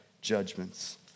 judgments